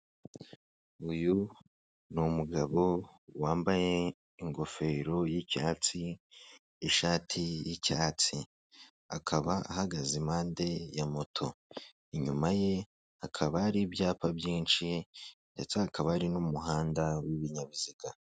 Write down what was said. Uyu ni umugabo wambaye ingofero y'icyats, ishati y'icyatsi, akaba ahagaze impande ya moto, inyuma ye hakaba ari ibyapa byinshi ndetse hakaba hari n'umuhanda w'ibinyabiziga.